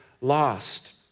lost